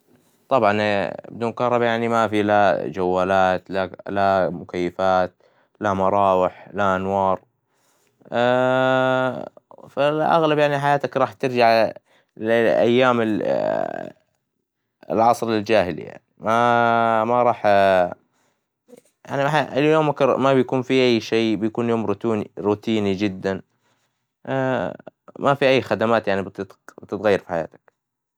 طبعاً بدون كهربا يعني ما في, لا جوالات, لا ك- لا مكيفات, لا مراوح, لا أنوار, فالأغلب يعني حياتك, راح ترجع لأيام ال العصر الجاهلي, ما ما راح يعني- اليومك ما بيكون في شي, بيكون يوم روتوني- روتيني جداً, ما في أي خدمات يعني بتتغير في حياتك.